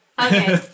Okay